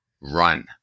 run